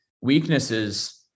weaknesses